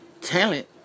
talent